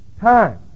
time